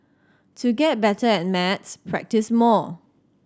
to get better at maths practise more